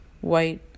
white